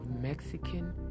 Mexican